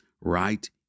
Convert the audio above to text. right